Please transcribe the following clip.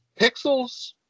Pixels